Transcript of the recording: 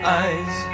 eyes